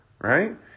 right